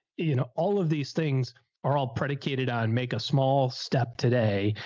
you know, all of these things are all predicated on make a small step today,